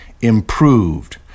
improved